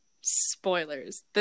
spoilers